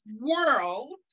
world